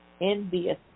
envious